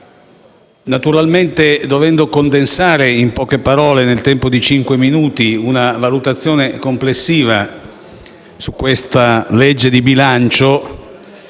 Governo, dovendo condensare in poche parole e nel tempo di cinque minuti una valutazione complessiva su questo disegno di legge di bilancio,